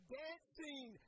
dancing